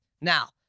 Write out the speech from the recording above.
Now